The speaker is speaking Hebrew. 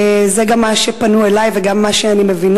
זה גם מה שפנו אלי לגביו וזה גם מה שאני מבינה.